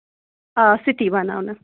آ سُہ تہِ یہِ بَناونہٕ